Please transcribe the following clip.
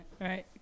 Right